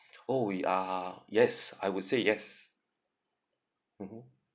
oh we are yes I would say yes mmhmm